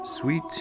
Sweet